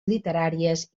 literàries